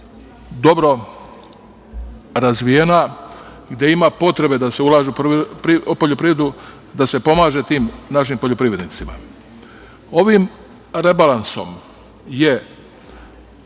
dobro razvijena, gde ima potrebe da se ulaže u poljoprivredu, da se pomaže poljoprivrednicima. Ovim rebalansom je